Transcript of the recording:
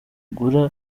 ibi